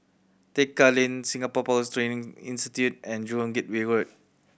Tekka Lane Singapore Powers Training Institute and Jurong Gateway Road